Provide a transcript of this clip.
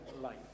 life